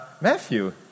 Matthew